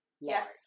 Yes